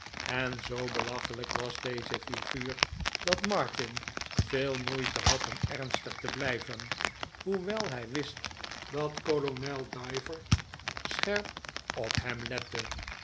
en zoo belachelijk was deze figuur dat martin veel moeite had om ernstig te blijven hoewel hij wist dat kolonel diver scherp op hem lette